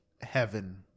heaven